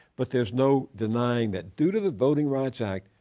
but there is no denying that due to the voting rights act,